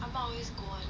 ah ma always go [one]